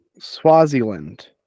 Swaziland